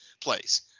place